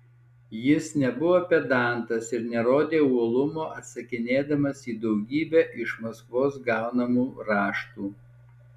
jis nebuvo pedantas ir nerodė uolumo atsakinėdamas į daugybę iš maskvos gaunamų raštų